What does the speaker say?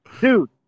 dude